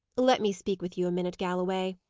let me speak with you a minute, galloway,